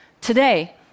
Today